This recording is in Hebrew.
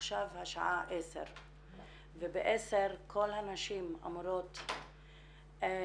עכשיו השעה 10:00 וב-10:00 כל הנשים אמורות לשבות.